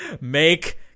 make